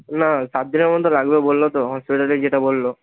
না সাতদিনের পযন্ত রাখবে বললো তো হসপিটালে যেটা বললো